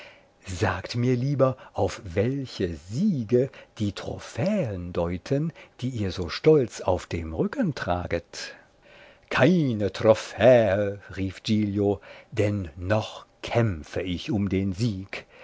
sagt mir lieber auf welche siege die trophäen deuten die ihr so stolz auf dem rücken traget keine trophäe rief giglio denn noch kämpfe ich um den sieg